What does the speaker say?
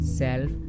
self